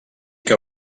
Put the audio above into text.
que